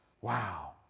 Wow